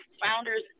founders